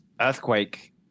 earthquake